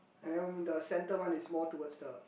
and the center one is more towards the